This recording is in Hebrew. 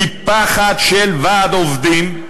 מפחד מוועד עובדים,